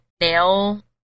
nail